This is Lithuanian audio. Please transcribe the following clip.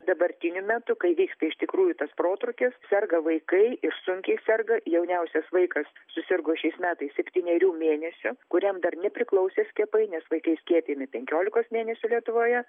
dabartiniu metu kai vyksta iš tikrųjų tas protrūkis serga vaikai ir sunkiai serga jauniausias vaikas susirgo šiais metais septynerių mėnesių kuriam dar nepriklausė skiepai nes vaikai skiepijami penkiolikos mėnesių lietuvoje